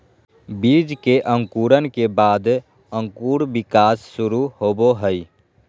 बीज के अंकुरण के बाद अंकुर विकास शुरू होबो हइ